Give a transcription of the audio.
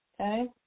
Okay